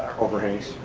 overhungs.